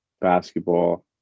basketball